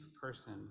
person